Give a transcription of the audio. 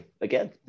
Again